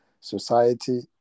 society